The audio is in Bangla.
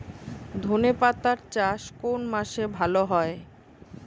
ধনেপাতার চাষ কোন মাসে ভালো হয়?